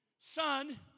Son